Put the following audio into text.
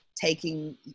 taking